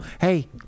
hey